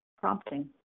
prompting